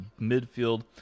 midfield